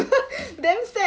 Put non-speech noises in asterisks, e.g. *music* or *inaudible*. *laughs* damn sad